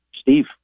Steve